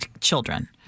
children